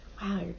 Wow